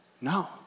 No